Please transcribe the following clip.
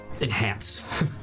enhance